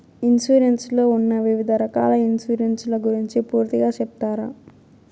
Insurance లో ఉన్న వివిధ రకాల ఇన్సూరెన్సు ల గురించి పూర్తిగా సెప్తారా?